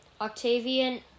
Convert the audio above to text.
Octavian